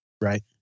right